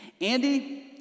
Andy